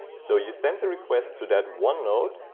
so you send the request to that one node,